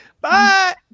Bye